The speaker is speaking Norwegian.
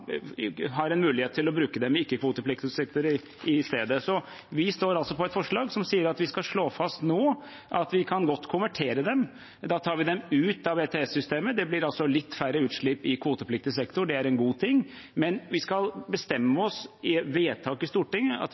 har en mulighet til å bruke dem i ikke-kvotepliktige sektorer i stedet. Så vi står på et forslag som sier at vi skal slå fast nå at vi godt kan konvertere dem. Da tar vi dem ut av ETS-systemet, og da blir det litt færre utslipp i kvotepliktig sektor, og det er en god ting. Men vi skal bestemme ved vedtak i Stortinget at